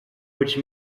which